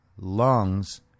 lungs